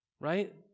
right